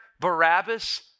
Barabbas